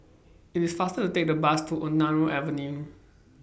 IT IS faster to Take The Bus to Ontario Avenue